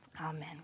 amen